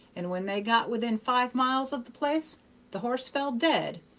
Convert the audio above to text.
and when they got within five miles of the place the horse fell dead,